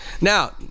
Now